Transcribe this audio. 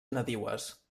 nadiues